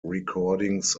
recordings